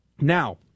Now